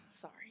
Sorry